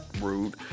rude